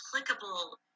applicable